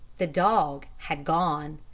the dog had gone.